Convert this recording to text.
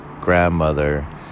grandmother